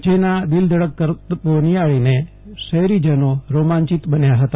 જેના દિલધડક કરતબો નિહાળી શહેરીજનો રોંમાયિત બન્યા હતા